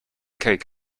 cake